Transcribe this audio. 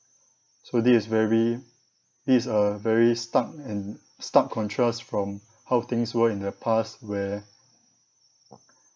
so this is very this is a very stark and stark contrast from how things were in the past where